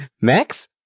Max